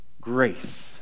Grace